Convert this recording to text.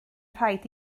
rhaid